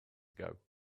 ago